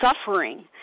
suffering